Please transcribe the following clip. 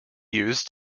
used